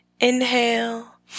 Inhale